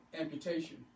amputation